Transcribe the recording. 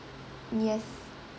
yes